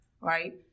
Right